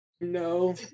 no